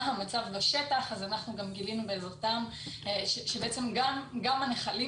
המצב בשטח אנחנו גם גילינו בעזרתם שבעצם גם הנחלים